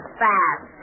fast